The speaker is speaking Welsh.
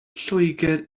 lloegr